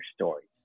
Stories